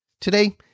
Today